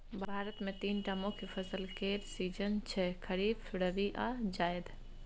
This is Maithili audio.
भारत मे तीनटा मुख्य फसल केर सीजन छै खरीफ, रबी आ जाएद